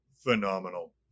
phenomenal